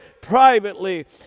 privately